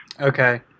Okay